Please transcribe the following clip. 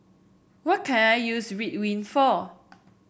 what can I use Ridwind for